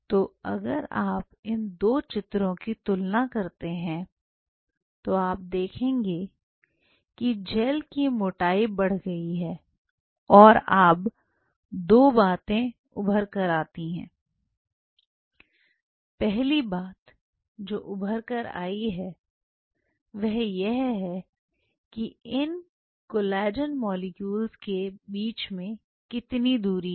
तो अगर आप इन 2 चित्रों की तुलना करते हैं तो अब देखेंगे किजल की मोटाई बढ़ गई है और अब दो बातें उभर कर आती हैं पहली बात जो उभर कर आई है वह यह है कि इन कोलाजन मोलेक्युल्स के बीच में कितनी दूरी है